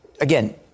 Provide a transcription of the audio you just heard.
Again